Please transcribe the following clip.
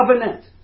covenant